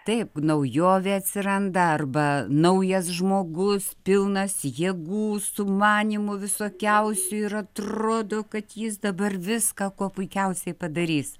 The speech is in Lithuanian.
taip naujovė atsiranda arba naujas žmogus pilnas jėgų sumanymų visokiausių ir atrodo kad jis dabar viską kuo puikiausiai padarys